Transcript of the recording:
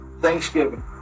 Thanksgiving